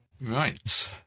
Right